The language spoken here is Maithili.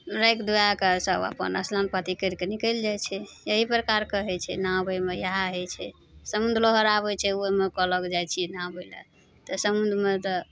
नहायके धुवैके सभ अपन स्नान पाती करिकऽ निकलि जाइ छै एहि प्रकारके हइ छै नहाबयमे इएहे हइ छै समुद्र लहर आबय छै ओइमे कहलक जाइ छियै नहाबय लए तऽ समुद्रमे तऽ